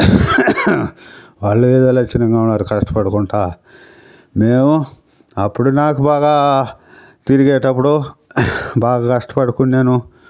వాళ్ళు ఏదో లక్షణంగా ఉన్నారు కష్టపడుకుంటూ మేము అప్పుడు నాకు బాగా తిరిగేటప్పుడు బాగా కష్టపడుకుని నేను